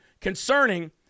concerning